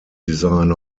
design